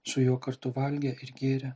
su juo kartu valgę ir gėrę